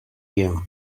game